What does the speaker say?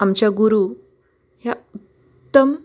आमच्या गुरु ह्या उत्तम